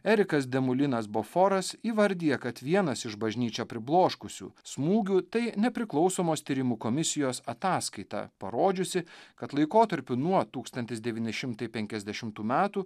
erikas demulinas boforas įvardija kad vienas iš bažnyčią pribloškusių smūgių tai nepriklausomos tyrimų komisijos ataskaita parodžiusi kad laikotarpiu nuo tūkstantis devyni šimtai penkiasdešimtų metų